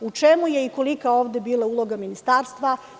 U čemu je i kolika ovde bila uloga ministarstva?